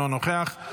אינו נוכח,